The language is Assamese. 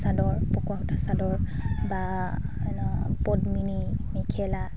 চাদৰ পকোৱা সূতাৰ চাদৰ বা পদ্মিনী মেখেলা